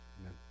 Amen